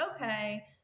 okay